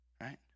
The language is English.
Right